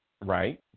right